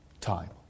time